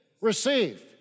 receive